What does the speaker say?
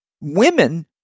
women